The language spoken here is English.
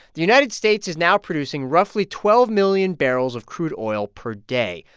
the united states is now producing roughly twelve million barrels of crude oil per day,